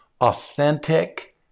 authentic